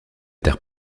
terre